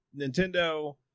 nintendo